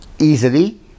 easily